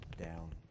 down